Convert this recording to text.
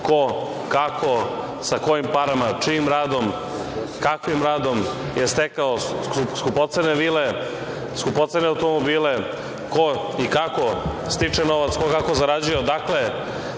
ko, kako, sa kojim parama, čijim radom, kakvim radom je stekao skupocene vile, skupocene automobile, ko i kako stiče novac, ko kako zarađuje,